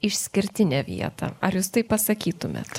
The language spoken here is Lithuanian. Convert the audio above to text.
išskirtinę vietą ar jūs tai pasakytumėt